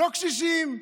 לא קשישים,